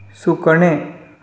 सुकणें